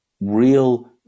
real